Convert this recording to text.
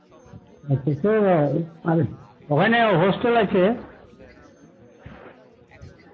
হ্যাঁ সে তো আবে ওখানে হোস্টেল আছে